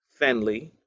Fenley